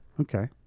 okay